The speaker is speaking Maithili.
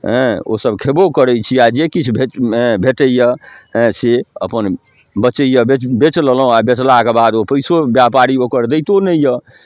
हैँ ओ सब खेबो करै छी आ जे किछु भेटैया से अपन बचैया बेच बेच लेलहुॅं बेचलाके बाद ओ पैसो ब्यपारी ओकर दैतो नहि यऽ